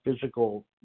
physical